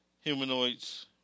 humanoids